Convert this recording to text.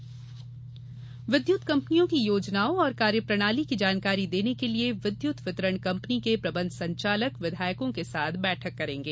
विद्युत बैठक विद्युत कम्पनियों की योजनाओं और कार्यप्रणाली की जानकारी देने के लिये विद्युत वितरण कम्पनी के प्रबंध संचालक विधायकों के साथ बैठक करेंगे